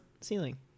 ceiling